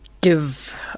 give